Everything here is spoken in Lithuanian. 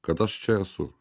kad aš čia esu